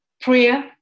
prayer